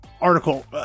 article